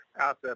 asset